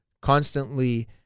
constantly